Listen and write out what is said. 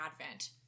Advent